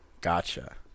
Gotcha